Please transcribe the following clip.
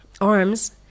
arms